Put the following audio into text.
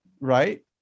right